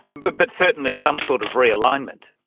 but but certainly some sort of realignment?